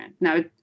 now